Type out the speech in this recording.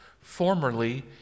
Formerly